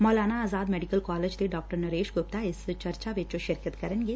Maulana Azad medical college ਦੇ ਡਾ ਨਰੇਸ਼ ਗੁਪਤਾ ਇਸ ਚਰਚਾ ਵਿਚ ਸਿਰਕਤ ਕਰਨਗੇ